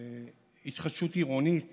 התחדשות עירונית